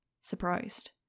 surprised